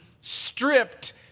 stripped